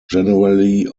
generally